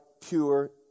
pure